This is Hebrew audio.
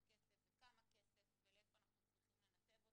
כסף וכמה כסף ולאיפה אנחנו צריכים לנתב אותו.